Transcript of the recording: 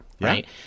right